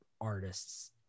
artists